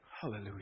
Hallelujah